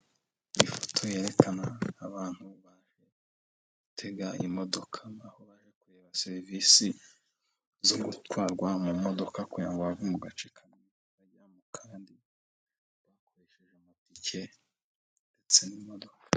Ifoto yerekana abantu baje gutega imodoka, aho baje kureba serivisi zo gutwarwa mu modoka kugira ngo bave mu gace kamwe bajya mu kandi bakoresheje amatike ndetse n'imodoka.